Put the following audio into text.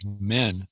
men